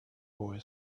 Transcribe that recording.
boy